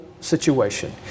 situation